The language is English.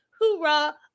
hoorah